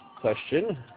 question